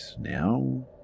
now